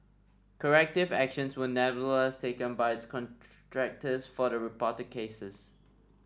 corrective actions were nevertheless taken by its contractors for the reported cases